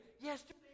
yesterday